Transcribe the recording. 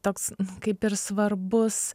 toks kaip ir svarbus